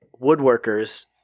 woodworkers